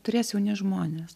turės jauni žmonės